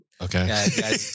Okay